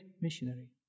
missionary